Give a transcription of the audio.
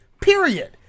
Period